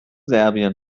serbien